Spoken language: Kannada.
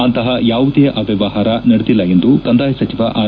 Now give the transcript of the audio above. ಅಂತಪ ಯಾವುದೇ ಅವ್ಲವಹಾರ ನಡೆದಿಲ್ಲ ಎಂದು ಕಂದಾಯ ಸಚಿವ ಆರ್